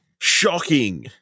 Shocking